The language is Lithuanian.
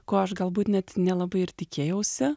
ko aš galbūt net nelabai ir tikėjausi